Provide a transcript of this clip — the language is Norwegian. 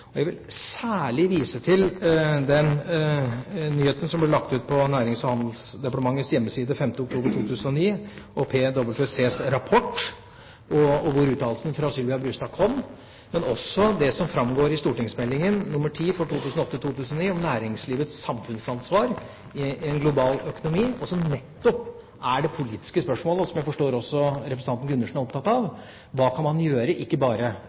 Jeg vil særlig vise til den nyheten som ble lagt ut på Nærings- og handelsdepartementets hjemmeside 5. oktober 2009, og til PwCs rapport, hvor uttalelsen fra Sylvia Brustad kom, men også til det som framgår i St.meld. nr. 10 for 2008–2009 om næringslivets samfunnsansvar i en global økonomi, og som nettopp er det politiske spørsmålet, som jeg forstår også representanten Gundersen er opptatt av: Hva kan man gjøre, ikke bare